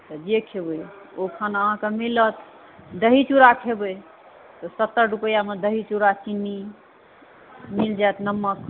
तऽ जे खेबै ओ खाना अहाँकेँ मिलत दही चुड़ा खेबै सत्तर रुपैआमे दही चुड़ा चीनी मिल जायत नमक